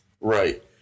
right